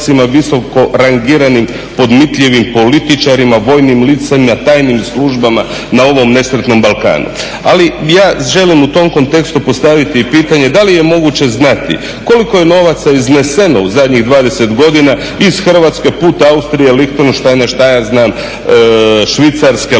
visoko rangiranim, podmitljivim političarima, vojnim licima na tajnim službama na ovom nesretnom balkanu. Ali ja želim u tom kontekstu postaviti pitanje da li je moguće znati koliko je novaca izneseno u zadnjih 20 godina iz Hrvatske put Austrije, Lihtenštajna, što ja znam, Švicarske, Luxembourga,